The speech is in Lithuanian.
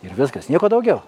ir viskas nieko daugiau